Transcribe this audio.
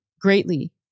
greatly